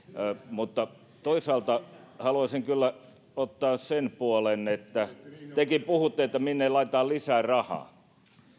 mutta toisaalta haluaisin kyllä ottaa esiin sen puolen josta tekin puhutte että minne laitetaan lisää rahaa